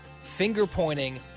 finger-pointing